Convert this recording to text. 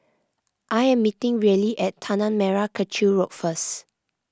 I am meeting Reilly at Tanah Merah Kechil Road first